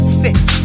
fit